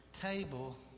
table